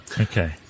okay